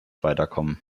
weiterkommen